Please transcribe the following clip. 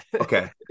Okay